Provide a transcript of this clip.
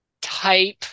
type